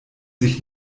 sich